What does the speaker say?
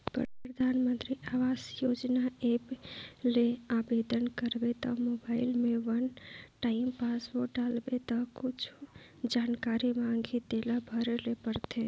परधानमंतरी आवास योजना ऐप ले आबेदन करबे त मोबईल में वन टाइम पासवर्ड डालबे ता कुछु जानकारी मांगही तेला भरे ले परथे